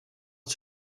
how